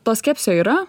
to skepsio yra